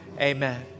amen